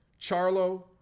Charlo